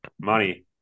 Money